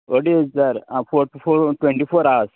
what is rent uh for twenty four hours